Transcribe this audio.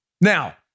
Now